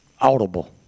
Audible